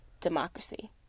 democracy